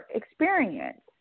experience